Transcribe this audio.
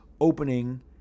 opening